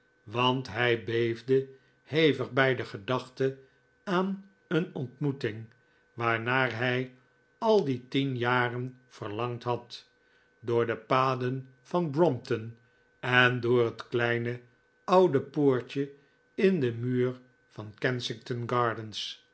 want hij beefde hevig bij de gedachte aan een ontmoeting waarnaar hij al die tien jaren verlangd had door de paden van brompton en door het kleine oude poortje in den muur van